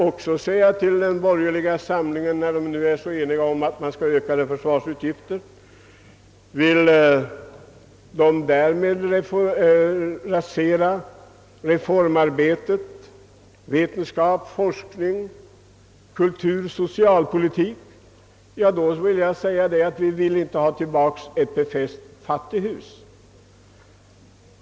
Eftersom de borgerliga är så eniga om en ökning av försvarsutgifterna, vill jag fråga dem: Vill ni därmed rasera reformarbetet, vetenskap, forskning samt kulturoch socialpolitik? Vi å vår sida vill inte på nytt få ett befäst fattighus.